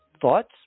Thoughts